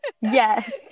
Yes